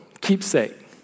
keepsake